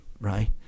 right